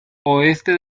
oeste